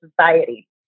society